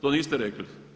To niste rekli.